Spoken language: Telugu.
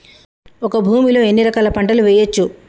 ఒక భూమి లో ఎన్ని రకాల పంటలు వేయచ్చు?